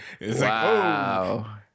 wow